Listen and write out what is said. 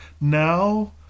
Now